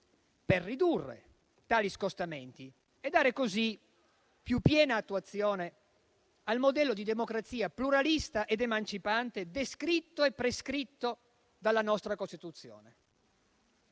per ridurre tali scostamenti e dare così più piena attuazione al modello di democrazia pluralista ed emancipante descritto e prescritto dalla nostra Costituzione.